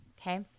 okay